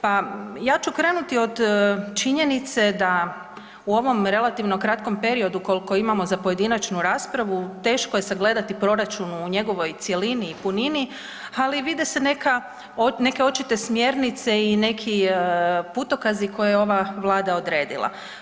Pa ja ću krenuti od činjenice da u ovom relativno kratkom periodu koliko imamo za pojedinačnu raspravu, teško je sagledati proračun u njegovoj cjelini i punini, ali vide se neke očito smjernice i neki putokazi koje je ova Vlada odredila.